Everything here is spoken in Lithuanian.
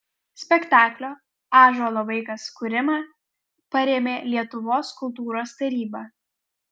spektaklio ąžuolo vaikas kūrimą parėmė lietuvos kultūros taryba